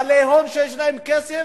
בעלי הון, שיש להם כסף,